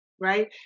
right